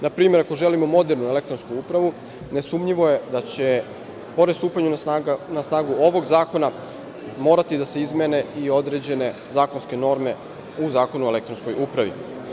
Na primer, ako želimo modernu elektronsku upravu, nesumnjivo je da će, pored stupanja na snagu ovog zakona, morati da se izmene i određene zakonske norme u Zakonu u elektronskoj upravi.